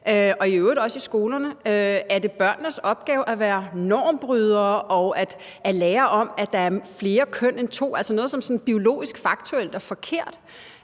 og i øvrigt også for børnene i skolerne, er en opgave at være normbrydere og at lære om, at der er flere køn end to, altså noget, som sådan biologisk faktuelt er forkert.